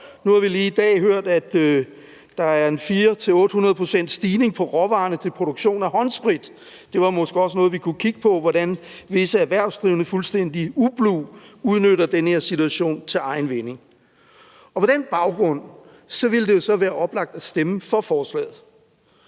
Nu har vi lige i dag hørt, at der er en 400-800 pct. stigning på råvarerne til produktion af håndsprit. Det var måske også noget, vi kunne kigge på, altså hvordan visse erhvervsdrivende på en fuldstændig ublu måde udnytter den her situation til egen vinding. På den baggrund ville det jo så være oplagt at stemme for forslaget,